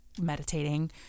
meditating